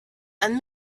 and